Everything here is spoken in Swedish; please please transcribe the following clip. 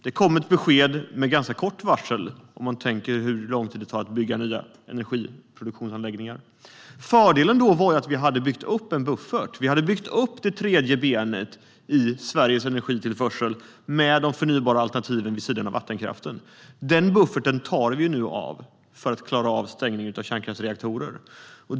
Beskedet kom med ganska kort varsel, med tanke på hur lång tid det tar att bygga nya energiproduktionsanläggningar. Fördelen då var att vi hade byggt upp en buffert. Vi hade byggt upp det tredje benet i Sveriges energitillförsel med de förnybara alternativen vid sidan av vattenkraften. Den bufferten tar vi nu av för att klara av stängningen av kärnkraftsreaktorer.